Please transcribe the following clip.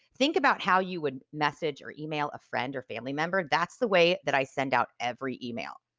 think about how you would message or email a friend or family member that's the way that i send out every email.